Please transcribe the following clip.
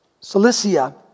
Cilicia